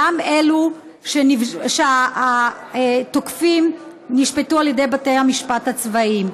גם אלו שהתוקפים שלהם נשפטו על ידי בתי המשפט הצבאיים.